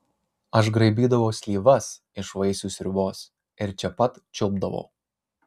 aš graibydavau slyvas iš vaisių sriubos ir čia pat čiulpdavau